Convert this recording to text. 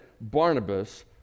Barnabas